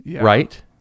right